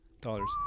dollars